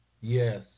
Yes